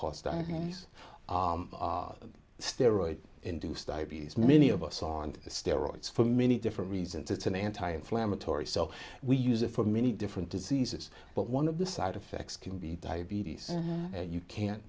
cause diabetes steroids induced diabetes many of us on steroids for many different reasons it's an anti inflammatory so we use it for many different diseases but one of the side effects can be diabetes and you can